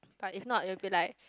but if not will be like